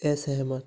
असहमत